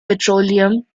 petroleum